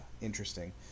interesting